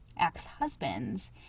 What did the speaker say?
ex-husbands